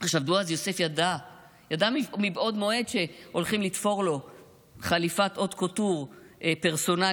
בועז יוסף ידע מבעוד מועד שהולכים לתפור לו חליפת הוט קוטור פרסונלית,